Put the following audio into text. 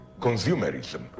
consumerism